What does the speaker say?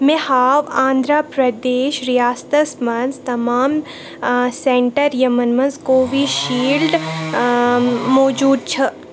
مےٚ ہاو آنٛدھرا پرٛدیش ریاستس مَنٛز تمام سینٹر یِمَن منٛز کووِشیٖلڈ موٗجوٗد چھِ